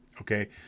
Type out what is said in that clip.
okay